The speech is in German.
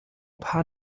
paar